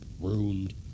ruined